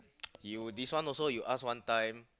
you this one also ask one time